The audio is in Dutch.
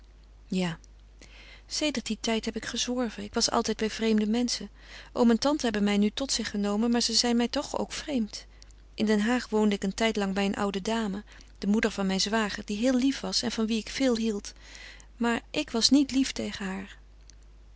ja sedert dien tijd heb ik gezworven ik was altijd bij vreemde menschen oom en tante hebben mij nu tot zich genomen maar ze zijn mij toch ook vreemd in den haag woonde ik een tijd lang bij een oude dame de moeder van mijn zwager die heel lief was en van wie ik veel hield maar ik was niet lief tegen haar